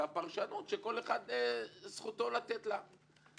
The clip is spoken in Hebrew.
והפרשנות שכל אחד זכותו לתת לה.